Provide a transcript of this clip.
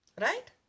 Right